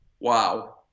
Wow